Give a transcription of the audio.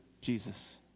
Jesus